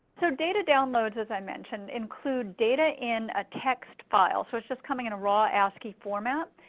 so data downloads, as i mentioned, include data in a text file. so its just coming in a raw ascii format,